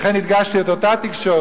לכן הדגשתי: את אותה תקשורת,